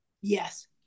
Yes